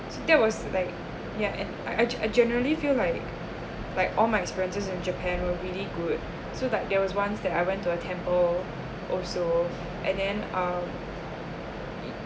so that was like yeah and I I gen~ I generally feel like like all my experiences and japan were really good so that there was once that I went to a temple also and then um it